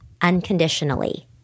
unconditionally